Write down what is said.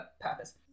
purpose